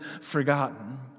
forgotten